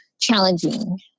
challenging